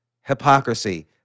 hypocrisy